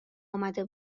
آمده